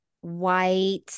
white